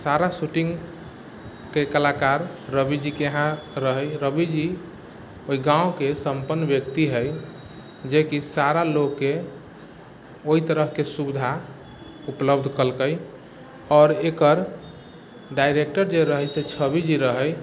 सारा शूटिंगके कलाकार रवि जीके यहाँ रहै रवि जी ओइ गाँवके सम्पन्न व्यक्ति है जेकि सारा लोकके ओइ तरहके सुविधा उपलब्ध केलकै आोर एकर डाइरेक्टर जे रहै छै से छवि जी रहै